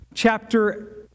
chapter